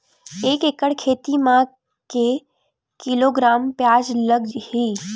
एक एकड़ खेती म के किलोग्राम प्याज लग ही?